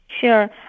Sure